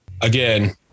again